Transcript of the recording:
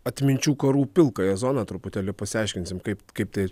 atminčių karų pilkąją zoną truputėlį pasiaiškinsim kaip kaip tai